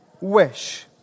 wish